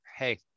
Hey